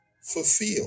fulfill